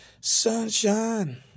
Sunshine